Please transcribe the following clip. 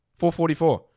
444